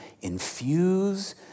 infuse